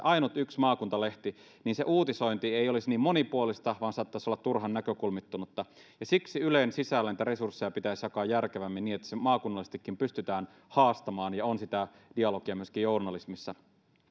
ainut yksi maakuntalehti se uutisointi ei välttämättä olisi niin monipuolista vaan saattaisi olla turhan näkökulmittunutta siksi ylen sisällä niitä resursseja pitäisi jakaa järkevämmin niin että maakunnallisestikin pystytään haastamaan ja on sitä dialogia myöskin journalismissa